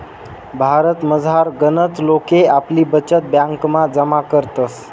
भारतमझार गनच लोके आपली बचत ब्यांकमा जमा करतस